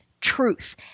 truth